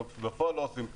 כשבפועל לא עושים כלום.